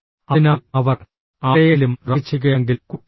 അതിനാൽ അവർ ആരെയെങ്കിലും റാഗ് ചെയ്യുകയാണെങ്കിൽ കുഴപ്പമില്ല